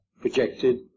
projected